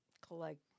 collect